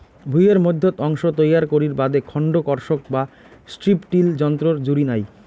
ভুঁইয়ের মইধ্যত অংশ তৈয়ার করির বাদে খন্ড কর্ষক বা স্ট্রিপ টিল যন্ত্রর জুড়ি নাই